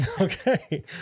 Okay